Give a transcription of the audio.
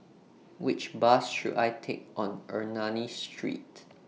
Which Bus should I Take to Ernani Street